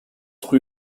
rue